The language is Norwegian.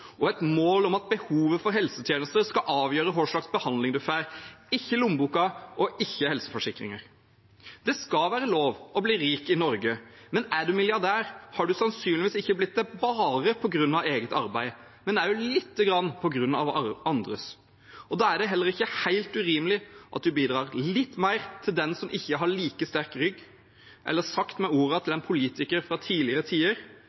og et mål om at behovet for helsetjenester skal avgjøre hva slags behandling en får, ikke lommeboken og ikke helseforsikringer. Det skal være lov å bli rik i Norge, men er man milliardær, har man sannsynligvis ikke blitt det bare på grunn av eget arbeid, men også lite grann på grunn av andres. Da er det heller ikke helt urimelig at man bidrar litt mer til den som ikke har like sterk rygg, eller sagt med ordene til en politiker fra tidligere tider: